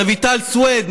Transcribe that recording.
רויטל סויד,